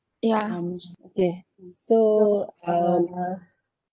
okay so uh